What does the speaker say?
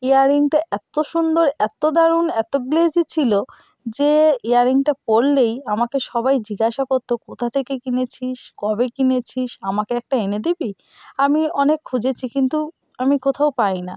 ইয়াররিংটা এত সুন্দর এত দারুণ এত গ্লেজি ছিল যে ইয়াররিংটা পরলেই আমাকে সবাই জিজ্ঞাসা করত কোথা থেকে কিনেছিস কবে কিনেছিস আমাকে একটা এনে দিবি আমি অনেক খুঁজেছি কিন্তু আমি কোথাও পাই না